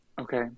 Okay